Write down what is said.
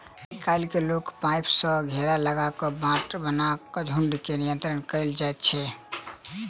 आइ काल्हि लोहाक पाइप सॅ घेरा लगा क बाट बना क झुंड के नियंत्रण कयल जाइत छै